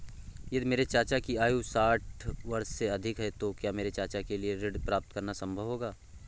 यदि मेरे चाचा की आयु साठ वर्ष से अधिक है तो क्या मेरे चाचा के लिए ऋण प्राप्त करना संभव होगा?